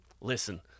listen